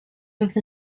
with